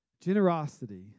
Generosity